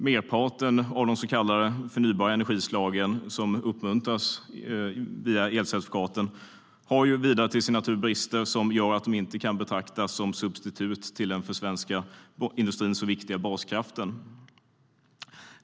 Merparten av de så kallade förnybara energislagen, som uppmuntras via elcertifikaten, har vidare till sin natur brister som gör att de inte kan betraktas som substitut till den för svensk industri så viktiga baskraften.